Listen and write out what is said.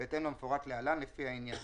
בהתאם למפורט להלן, לפי העניין: